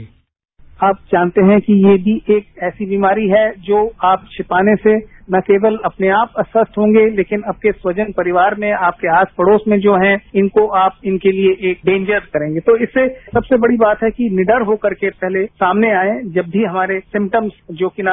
bite डॉ M K Sen आप जानते है कि ये भी एक ऐसी बीमारी है जो आप छिपाने से न केवल अपने आप अस्वस्थ होंगे लेकिन आपके स्वजन परिवार में आपके आस पड़ोस में जो है इनको आप इनके लिए एक डेन्जर्स करेंगे तो इससे सबसे बड़ी बात है कि निडर होकर के सामने आए जब भी हमारे सिमटम्स जो कि